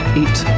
Eat